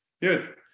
good